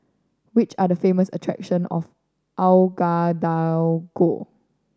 which are the famous attractions of Ouagadougou